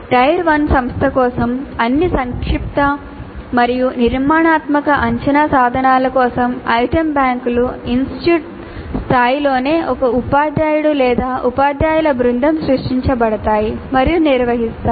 tyre 1 సంస్థ కోసం అన్ని సంక్షిప్త మరియు నిర్మాణాత్మక అంచనా సాధనాల కోసం ఐటెమ్ బ్యాంకులు ఇన్స్టిట్యూట్ స్థాయిలోనే ఒక ఉపాధ్యాయుడు లేదా ఉపాధ్యాయుల బృందం సృష్టించబడతాయి మరియు నిర్వహిస్తాయి